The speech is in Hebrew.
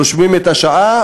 רושמים את השעה,